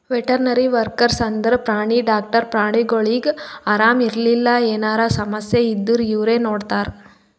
veterinary workers ಅಂದ್ರ ಪ್ರಾಣಿ doctors ಪ್ರಾಣಿಗೊಳಿಗ್ ಆರಾಮ್ ಇರ್ಲಿಲ್ಲ ಎನರೆ ಸಮಸ್ಯ ಇದ್ದೂರ್ ಇವ್ರೇ ನೋಡ್ತಾರ್